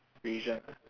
religion ah